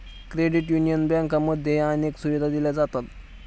credit union बँकांमध्येही अनेक सुविधा दिल्या जातात